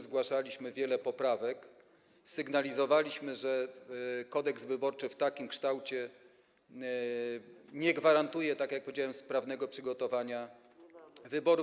Zgłaszaliśmy wiele poprawek, sygnalizowaliśmy, że Kodeks wyborczy w takim kształcie nie gwarantuje, tak jak powiedziałem, sprawnego przygotowania wyborów.